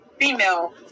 female